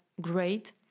great